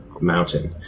mountain